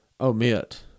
omit